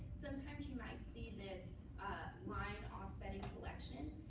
sometimes you might see this line offsetting collection.